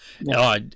no